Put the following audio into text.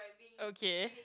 okay